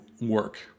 work